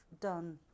done